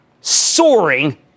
soaring